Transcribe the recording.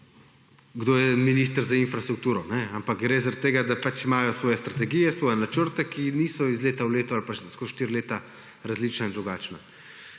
kdor je minister za infrastrukturo, ampak gre za to, da imajo pač svoje strategije, svoje načrte, ki niso iz leta v leto ali pa skozi štiri leta različna ali drugačna.